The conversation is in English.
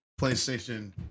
PlayStation